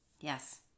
Yes